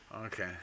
Okay